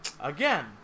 Again